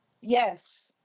Yes